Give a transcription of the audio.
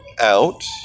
out